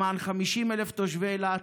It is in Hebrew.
למען 50,000 תושבי אילת,